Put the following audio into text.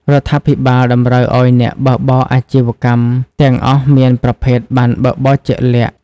រដ្ឋាភិបាលតម្រូវឱ្យអ្នកបើកបរអាជីវកម្មទាំងអស់មានប្រភេទប័ណ្ណបើកបរជាក់លាក់។